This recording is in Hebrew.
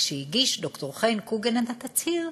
כשהגיש ד"ר חן קוגל את התצהיר,